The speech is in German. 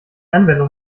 anwendung